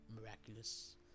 miraculous